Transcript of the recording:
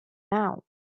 now